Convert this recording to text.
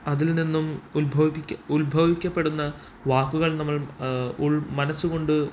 അതിൽനിന്നും ഉത്ഭവിപ്പിക്കുക ഉത്ഭവിക്കപ്പെടുന്ന വാക്കുകൾ നമ്മൾ ഉള് മനസ്സുകൊണ്ട്